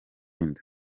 inda